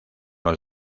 los